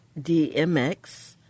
DMX